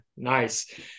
Nice